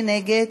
מי נגד?